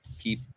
keep